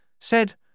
Said